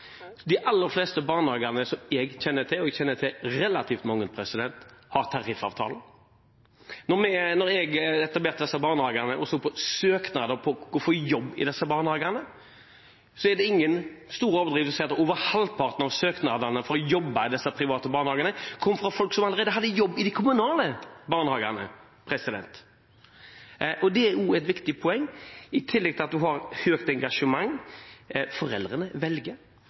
De aller fleste barnehagene som jeg kjenner til – og jeg kjenner til relativt mange – har tariffavtaler. Da jeg etablerte disse barnehagene og så på søknadene for å få jobbe i dem, er det ingen stor overdrivelse å si at over halvpartene av søknadene for å jobbe i disse private barnehagene kom fra folk som allerede hadde jobb i de kommunale barnehagene. Det er også et viktig poeng, i tillegg til at man har høyt engasjement. Foreldrene velger.